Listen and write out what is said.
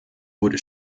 wurde